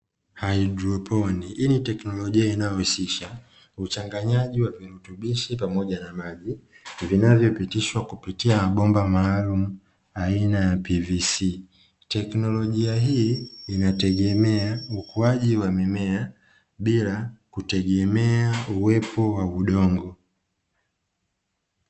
Haidroponi hii ni teknolojia inayohusisha uchanganyaji wa virutubishi pamoja na maji, vinavyopitishwa kupitia mabomba maalumu aina ya "pvc". Teknolojia hii inategemea ukuaji wa mimea bila kutegemea uwepo wa udongo.